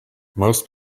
most